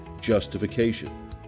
justification